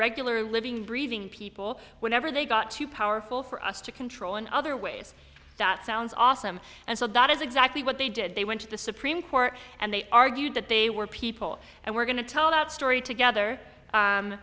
regular living breathing people whenever they got too powerful for us to control in other ways that sounds awesome and so that is exactly what they did they went to the supreme court and they argued that they were people and we're going to tell that story together